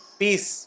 peace